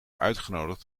uitgenodigd